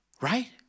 Right